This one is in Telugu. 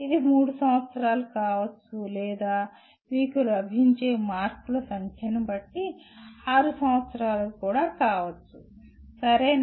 ఇది 3 సంవత్సరాలు కావచ్చు లేదా మీకు లభించే మార్కుల సంఖ్యను బట్టి 6 సంవత్సరాలు కావచ్చు సరేనా